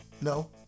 No